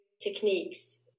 techniques